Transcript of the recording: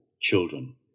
children